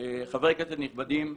חברי כנסת נכבדים,